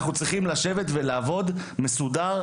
אנחנו צריכים לשבת ולעבוד מסודר.